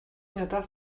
надаас